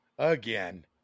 again